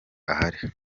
ahari